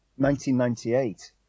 1998